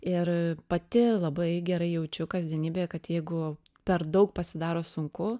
ir pati labai gerai jaučiu kasdienybėje kad jeigu per daug pasidaro sunku